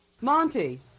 Monty